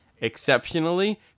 Exceptionally